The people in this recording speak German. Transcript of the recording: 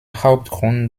hauptgrund